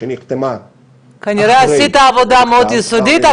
שנחתמה --- כנראה עשית עבודה מאוד יסודית,